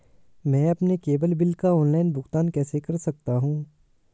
मैं अपने cable bill का ऑनलाइन भुगतान कैसे कर सकता हूं?